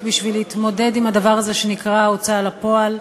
בשביל להתמודד עם הדבר הזה שנקרא ההוצאה לפועל,